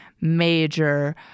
major